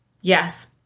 Yes